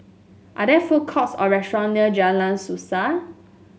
are there food courts or restaurant near Jalan Suasa